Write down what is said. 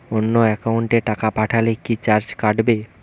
অন্য একাউন্টে টাকা পাঠালে কি চার্জ কাটবে?